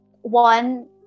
one